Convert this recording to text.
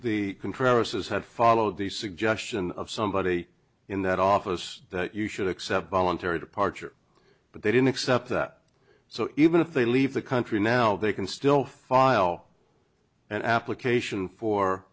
the contrary says had followed the suggestion of somebody in that office that you should accept voluntary departure but they didn't accept that so even if they leave the country now they can still file an application for